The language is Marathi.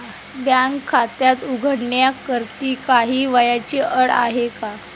बँकेत खाते उघडण्याकरिता काही वयाची अट आहे का?